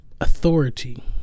authority